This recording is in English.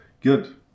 Good